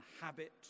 habit